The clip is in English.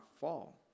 fall